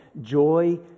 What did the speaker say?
Joy